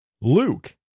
Luke